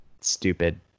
stupid